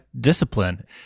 discipline